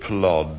Plod